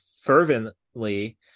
fervently